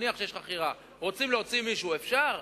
נניח שיש חכירה, רוצים להוציא מישהו, אפשר?